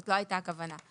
זאת לא הייתה הכוונה,